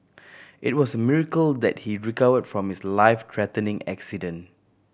it was a miracle that he recovered from his life threatening accident